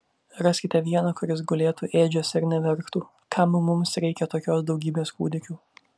raskite vieną kuris gulėtų ėdžiose ir neverktų kam mums reikia tokios daugybės kūdikių